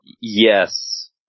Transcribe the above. yes